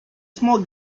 small